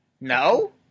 No